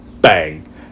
Bang